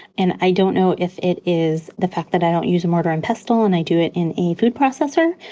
and i don't know if it is the fact that i don't use a mortar and pestle and i do it in a food processor.